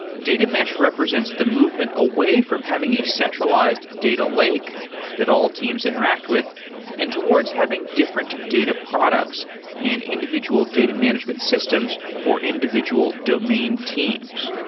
data mesh represents the movement away from having a centralized data lake that all teams interact with and towards having different data products and individual data management systems for individual domain teams.